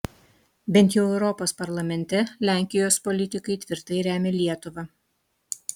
bent jau europos parlamente lenkijos politikai tvirtai remia lietuvą